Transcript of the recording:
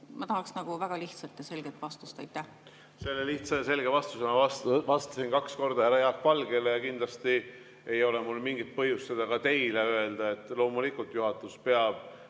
Ma tahaks väga lihtsat ja selget vastust. Selle lihtsa ja selge vastuse ma vastasin kaks korda härra Jaak Valgele. Ja kindlasti ei ole mul mingit põhjust seda ka teile mitte öelda. Loomulikult juhatus peab